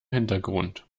hintergrund